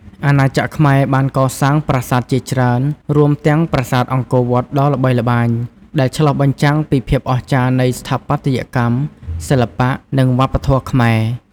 អាណាចក្រខ្មែរបានកសាងប្រាសាទជាច្រើន រួមទាំងប្រាសាទអង្គរវត្តដ៏ល្បីល្បាញ ដែលឆ្លុះបញ្ចាំងពីភាពអស្ចារ្យនៃស្ថាបត្យកម្ម សិល្បៈ និងវប្បធម៌ខ្មែរ។